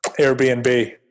Airbnb